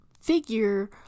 figure